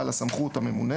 בעל הסמכות.